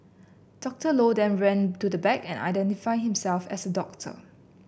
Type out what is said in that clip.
Doctor Low then ran to the back and identified himself as a doctor